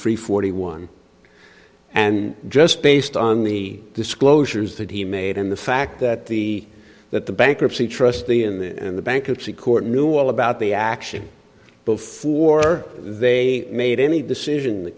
three forty one and just based on the disclosures that he made and the fact that the that the bankruptcy trustee and the bankruptcy court knew all about the action before they made any decision